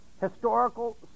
Historical